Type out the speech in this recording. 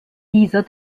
dieser